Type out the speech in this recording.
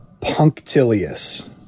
Punctilious